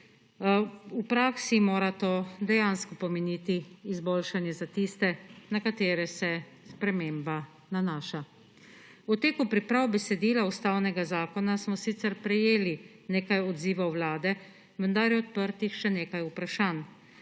V praksi mora to dejansko pomeniti izboljšanje za tiste, na katere se sprememba nanaša. V teku priprav besedila Ustavnega zakona smo sicer prejeli nekaj odzivov Vlade, vendar je odprtih še nekaj vprašanj.